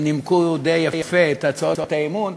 הם נימקו די יפה את הצעות האי-אמון,